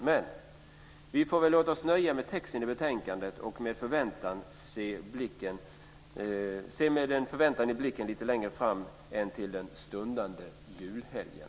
Men, vi får låta oss nöja med texten i betänkandet och med förväntan i blicken se lite längre fram än till den stundande julhelgen.